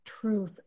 truth